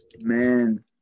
Man